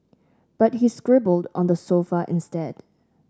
but he scribbled on the sofa instead